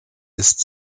ist